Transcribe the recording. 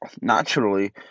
naturally